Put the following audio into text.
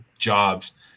jobs